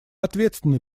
ответственны